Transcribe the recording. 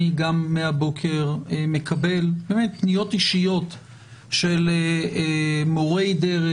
גם אני מהבוקר מקבל פניות אישיות של מורי דרך,